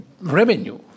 revenue